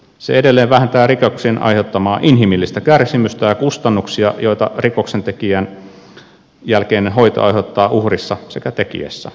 se edelleen vähentää rikoksien aiheuttamaa inhimillistä kärsimystä ja kustannuksia joita rikoksentekijän teon jälkeinen hoito aiheuttaa uhrissa sekä tekijässä